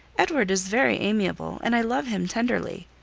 edward is very amiable, and i love him tenderly.